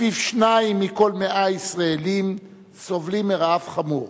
שלפיו שניים מכל 100 ישראלים סובלים מרעב חמור,